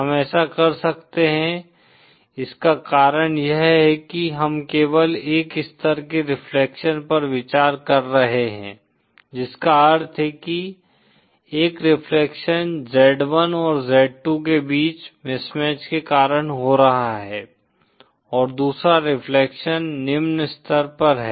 हम ऐसा कर सकते हैं इसका कारण यह है कि हम केवल एक स्तर के रिफ्लेक्शन पर विचार कर रहे हैं जिसका अर्थ है कि एक रिफ्लेक्शन z1 और z2 के बीच मिसमैच के कारण हो रहा है और दूसरा रिफ्लेक्शन निम्न स्तर पर है